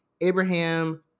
Abraham